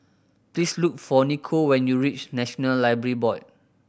please look for Nico when you reach National Library Board